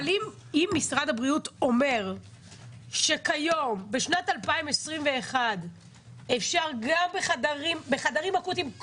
אם משרד הבריאות אומר שכיום בשנת 2021 אפשר קודם כול בחדרים אקוטיים,